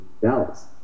Dallas